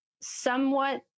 somewhat